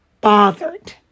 bothered